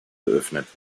geöffnet